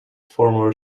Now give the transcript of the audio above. former